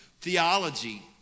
theology